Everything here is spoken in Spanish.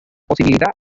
posibilidad